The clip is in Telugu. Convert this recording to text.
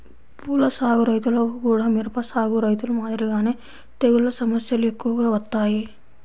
పూల సాగు రైతులకు గూడా మిరప సాగు రైతులు మాదిరిగానే తెగుల్ల సమస్యలు ఎక్కువగా వత్తాయి